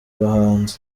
bahanzi